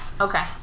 Okay